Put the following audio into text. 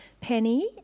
Penny